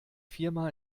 firma